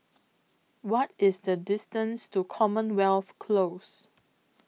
What IS The distance to Commonwealth Close